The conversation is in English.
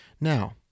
now